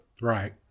Right